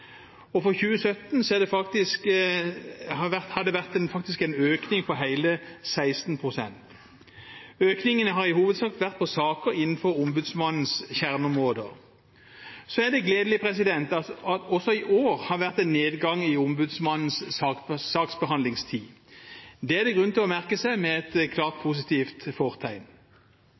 For 2017 har det faktisk vært en økning på hele 16 pst. Økningen har i hovedsak vært på saker innenfor ombudsmannens kjerneområder. Det er gledelig at det også i år har vært en nedgang i ombudsmannens saksbehandlingstid. Det er det grunn til å merke seg, med et klart positivt fortegn.